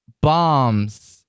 bombs